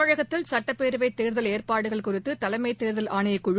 தமிழகத்தில் சுட்டப்பேரவைதேர்தல் ஏற்பாடுகள் குறித்து தலைமைத் தேர்தல் ஆணையக்குழு